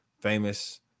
famous